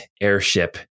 airship